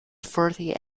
forty